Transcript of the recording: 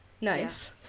Nice